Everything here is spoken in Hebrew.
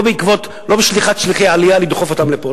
לא בשליחת שליחי עלייה לדחוף אותם לפה.